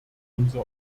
unser